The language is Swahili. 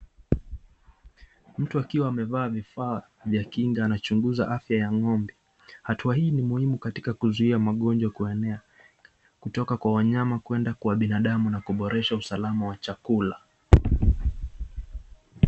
Mtu akiwa amevaa vifaa vya kinga anachunguza ng'ombe. Hatua hii ni muhimu katika kuzuia magonjwa kuenea kutoka kwa wanayama kwenda kwa binadamu na kuboresha usalama wa chakula.